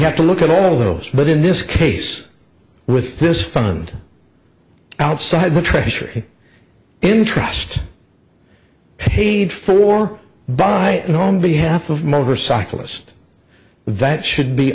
have to look at all those but in this case with this fund outside the treasury interest paid for by the home behalf of motorcyclist that should be